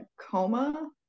coma